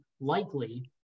likely